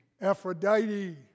Aphrodite